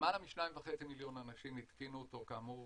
למעלה מ-2.5 מיליון אנשים התקינו אותו, כאמור.